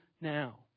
now